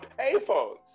payphones